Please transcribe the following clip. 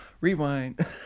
rewind